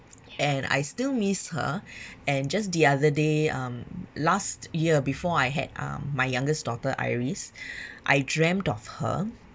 and I still miss her and just the other day um last year before I had um my youngest daughter iris I dreamt of her